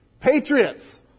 Patriots